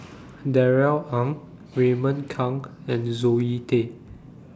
Darrell Ang Raymond Kang and Zoe Tay